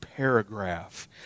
paragraph